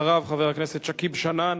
אחריו, חבר הכנסת שכיב שנאן,